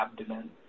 abdomen